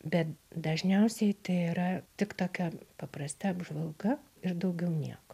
bet dažniausiai tai yra tik tokia paprasta apžvalga ir daugiau nieko